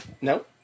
No